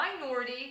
minority